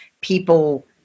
people